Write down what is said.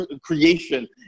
creation